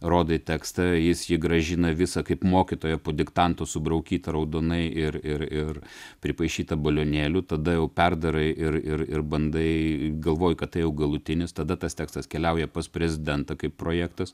rodai tekstą jis jį grąžina visą kaip mokytoja po diktanto subraukytą raudonai ir ir ir pripaišytą balionėlių tada jau perdarai ir ir ir bandai galvoji kad tai jau galutinis tada tas tekstas keliauja pas prezidentą kaip projektas